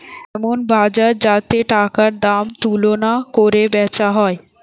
এমন বাজার যাতে টাকার দাম তুলনা কোরে বেচা হয়